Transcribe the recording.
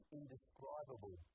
indescribable